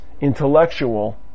intellectual